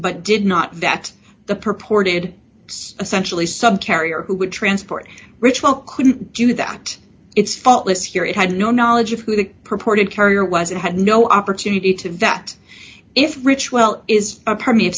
but did not that the purported essentially subcarrier who would transport ritual couldn't do that it's faultless here it had no knowledge of who the purported carrier was and had no opportunity to vet if rich well is a perm